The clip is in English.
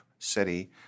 city